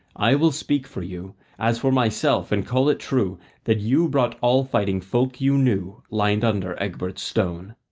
i will speak for you as for myself, and call it true that you brought all fighting folk you knew lined under egbert's stone.